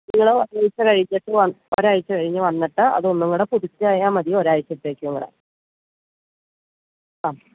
നിങ്ങൾ ആ ഡേയ്സ് കഴിഞ്ഞിട്ട് ഒരാഴ്ച്ച കഴിഞ്ഞ് വന്നിട്ട് അതൊന്നും കൂടെ പുതുക്കിയാൽ മതി ഒരാഴ്ച്ചത്തേക്കും കൂടെ ആ